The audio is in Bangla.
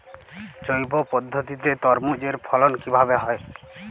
জৈব পদ্ধতিতে তরমুজের ফলন কিভাবে হয়?